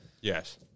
Yes